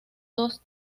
dos